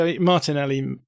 Martinelli